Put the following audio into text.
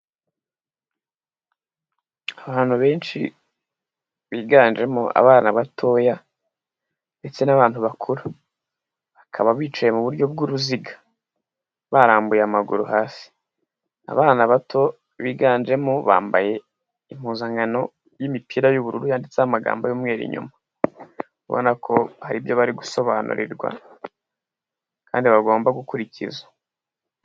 Abantu benshi biganjemo abana batoya ndetse n'abantu bakuru. Bakaba bicaye mu buryo bw'uruziga barambuye amaguru hasi. Abana bato biganjemo bambaye impuzankano y'imipira y'ubururu yanditseho amagambo y'umweru inyuma. Ubona ko hari ibyo bari gusobanurirwa kandi bagomba gukurikiza.